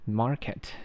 ，market